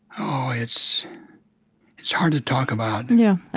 oh, it's hard to talk about yeah.